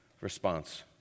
response